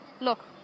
Look